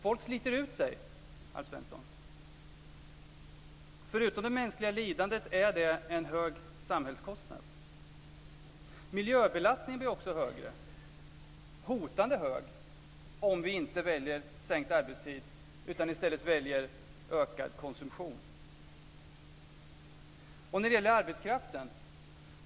Folk sliter ut sig, Alf Svensson. Förutom det mänskliga lidandet är det en hög samhällskostnad. Miljöbelastningen blir också högre, hotande hög, om vi inte väljer sänkt arbetstid utan i stället ökad konsumtion. När det gäller arbetskraften ska man komma ihåg en sak.